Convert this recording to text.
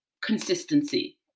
consistency